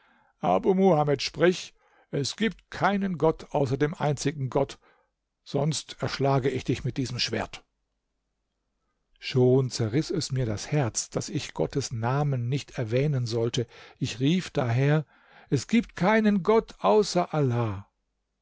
muhamed sprich es gibt keinen gott außer dem einzigen gott sonst erschlage ich dich mit diesem schwert schon zerriß es mir das herz daß ich gottes namen nicht erwähnen sollte ich rief daher es gibt keinen gott außer allah